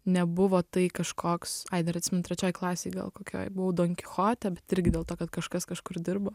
nebuvo tai kažkoks ai dar atsimenu trečioj klasėj gal kokioj buvau donkichote irgi dėl to kad kažkas kažkur dirbo